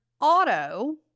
auto